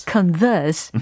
Converse